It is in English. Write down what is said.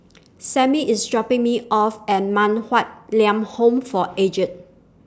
Samie IS dropping Me off At Man Huatt Lam Home For Aged